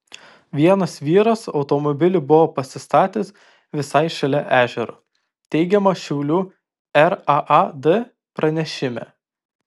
vienas vyras automobilį buvo pasistatęs visai šalia ežero teigiama šiaulių raad pranešime